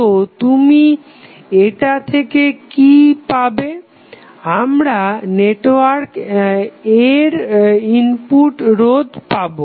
তো তুমি এটা থেকে কি পাবে আমরা নেটওয়ার্ক A এর ইনপুট রোধ পাবো